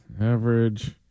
average